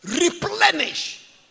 replenish